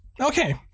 Okay